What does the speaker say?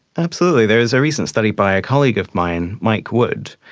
absolutely. there's a recent study by a colleague of mine, mike wood,